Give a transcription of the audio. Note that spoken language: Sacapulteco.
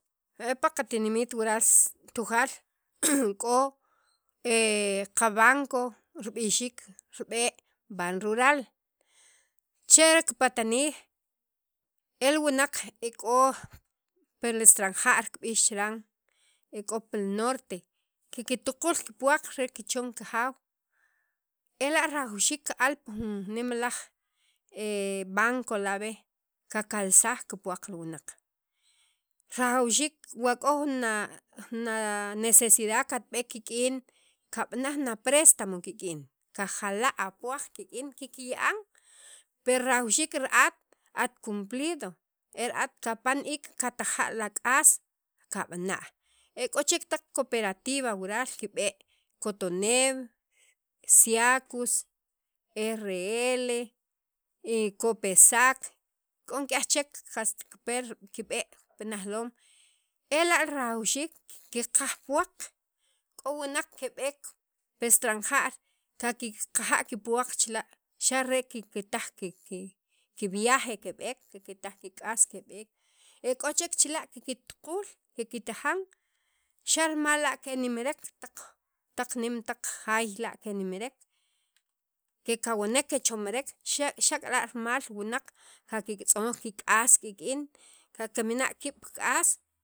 e paqatinimit wural Tujaal k'o qa b'anco rib'ixiik rib'e' banrural chel kipatnij el wunaq e k'o pil estranjar kib'ix chiran e k'o pil norte kiktuqul kipuwaq rel kichon kajaw ela' rajawxiik ka'al pi jun nemalaj banco la' b'e kakalsaj kipuwaq li wunaq rajawxiik wa k'o jun na jun na necesidad katb'eek kik'in kab'ana jun aprestamo kik'in kaja' la' apuwaq kik'in kikya'an per rajawxiik ra'at at cumplido e ra'at kapan jun iik' kataja' ak'as kab'ana' e k'o chek taq cooperativa kib'e' cotoneem, ciacus, rl, copesac k'o nik'yaj chek qast kipe kib'e' pi najloom ela' rajawxiik kikqaj puwaq k'o wunaq keb'eek pi estranja' kikqaja' kipuwaq chila' xa' re kiktaj ki vija keb'eek kiktaj kik'as keb'ek e k'o chek chila' kiktaquul kikitajan xa' rimal la' kenimrek taq taq nem taq jaay la' kenimrek kekawnek kechomnek xa' k'ira' rima wuanq qaqe tz'onoj kik'aas kik'in kikmina' kiib' pi k'aas-